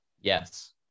Yes